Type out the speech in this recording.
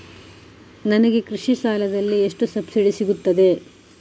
ನನಗೆ ಕೃಷಿ ಸಾಲದಲ್ಲಿ ಎಷ್ಟು ಸಬ್ಸಿಡಿ ಸೀಗುತ್ತದೆ?